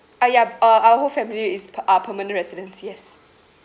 ah yup uh our whole family is pe~ uh permanent residents yes